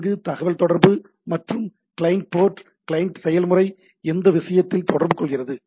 அங்கு தகவல் தொடர்பு மற்றும் கிளையன்ட் போர்ட் கிளையன்ட் செயல்முறை எந்த இடத்தில் தொடர்பு கொள்கிறது